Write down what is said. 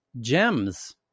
gems